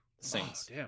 saints